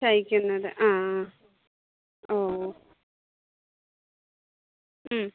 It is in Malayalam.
ശയിക്കുന്നത് ആ ആ ഓ ഓ മ്